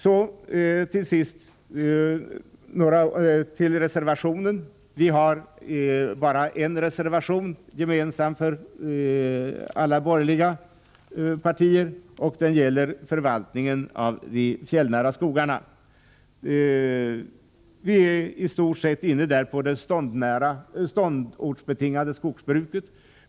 Så till sist några ord om den gemensamma borgerliga reservationen angående förvaltningen av de fjällnära skogarna. Vi är där inne på det ståndortsbetingade skogsbruket.